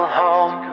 home